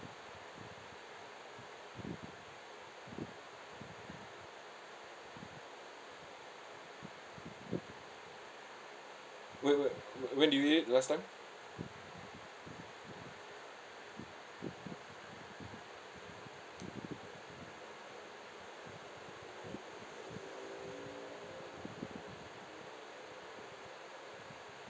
whe~ whe~ when did you eat it last time